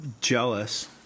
jealous